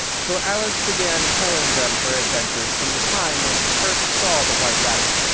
so alice began telling them her adventures from the time when she first saw the white rabbit.